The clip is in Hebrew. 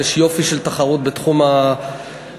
ויש יופי של תחרות בתחום הפיתות,